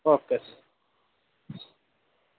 okay